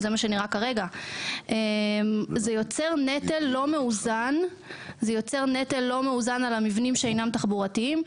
זה יוצר נטל לא מאוזן על המבנים שאינם תחבורתיים.